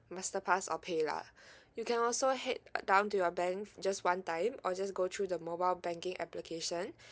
masterpass or paylah you can also head down to your bank just one time or just go through the mobile banking application